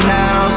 Now